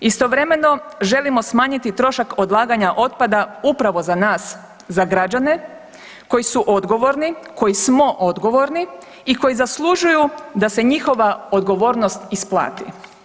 Istovremeno želimo smanjiti trošak odlaganja otpada upravo za nas za građane koji su odgovorni, koji smo odgovorni i koji zaslužuju da se njihova odgovornost isplati.